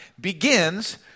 begins